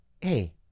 Hey